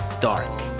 dark